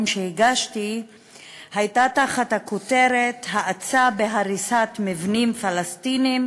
שהגשתי הייתה תחת הכותרת: האצה בהריסת מבנים פלסטיניים